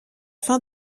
fin